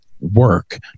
work